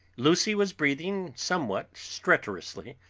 lucy was breathing somewhat stertorously,